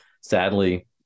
sadly